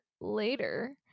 later